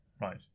Right